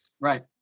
Right